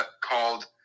called